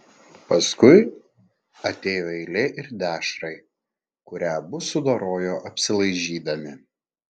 paskui atėjo eilė ir dešrai kurią abu sudorojo apsilaižydami